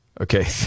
Okay